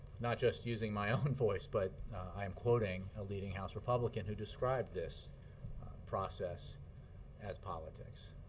not just using my own voice, but i am quoting a leading house republican who described this process as politics.